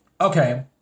Okay